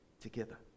together